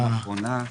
פעם אחרונה.